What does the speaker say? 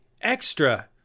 extra